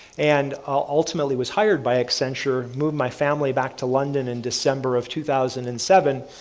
and ah ultimately was hired by accenture, moved my family back to london in december of two thousand and seven,